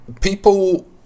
People